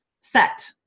set